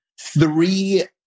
three